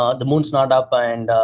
um the moon's not up and